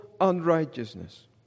unrighteousness